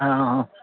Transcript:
অঁ অঁ